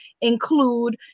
include